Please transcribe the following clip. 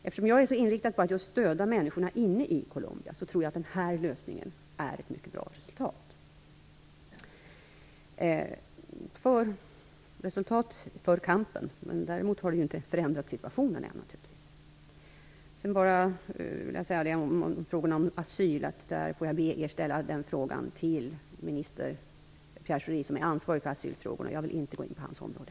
Eftersom jag är så inriktad på att stödja människorna inne i Colombia tror jag att den lösningen är ett mycket bra resultat för kampen. Däremot har det naturligtvis inte förändrat situationen. När det gäller frågorna om asyl får jag be er att ställa dem till minister Pierre Schori, som är ansvarig för asylfrågorna. Jag vill inte gå in på hans område.